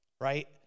right